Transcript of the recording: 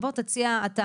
בוא ותציע אתה,